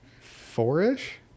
Four-ish